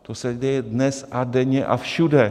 To se děje dnes a denně a všude.